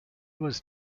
was